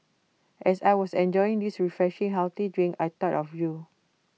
as I was enjoying this refreshing healthy drink I thought of you